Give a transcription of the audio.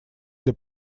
для